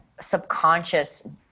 subconscious